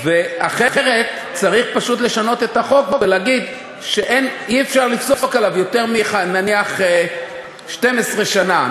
אחרת צריך פשוט לשנות את החוק ולהגיד שאי-אפשר לפסוק לו יותר מ-12 שנה,